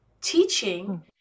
teaching